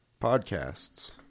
podcasts